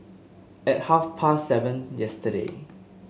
at half past seven yesterday